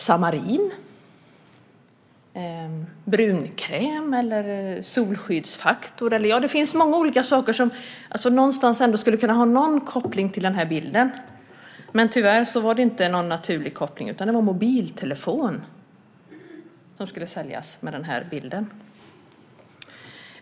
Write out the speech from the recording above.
Samarin? Brunkräm eller solskyddskräm? Det finns många olika saker som på något sätt skulle kunna ha en viss koppling till bilden, men det finns ingen naturlig koppling. I stället var det mobiltelefoner som skulle säljas med just den bilden.